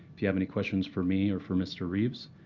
if you have any questions for me or for mr. reeves,